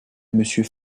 monsieur